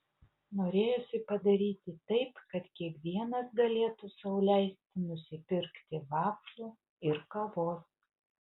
norėjosi padaryti taip kad kiekvienas galėtų sau leisti nusipirkti vaflių ir kavos